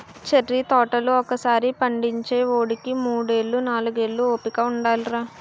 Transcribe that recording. cherry తోటలు ఒకసారి పండించేవోడికి మూడేళ్ళు, నాలుగేళ్ళు ఓపిక ఉండాలిరా